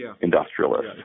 industrialists